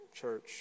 church